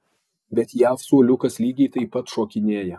bet jav suoliukas lygiai taip pat šokinėja